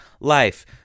life